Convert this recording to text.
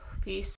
Peace